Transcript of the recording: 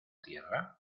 tierra